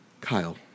Kyle